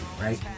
right